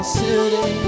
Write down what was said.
city